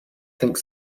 think